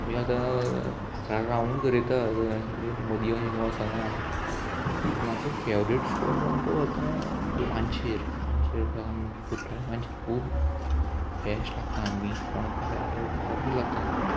आमी आतां फातरार रावनूच गरयता हे मदीं अशें खंय वचना म्हाजो फेवरेट स्पॉट म्हणटा तो आतां मानशेर मानशेर कुट्टाळे मानशेर खूब बेस्ट लागता सामकीं चोणकां आरे पावरफूल लागता सामकीं